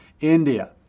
India